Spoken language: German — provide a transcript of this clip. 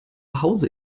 hause